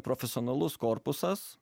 profesionalus korpusas